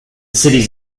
cities